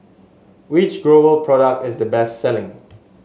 which Growell product is the best selling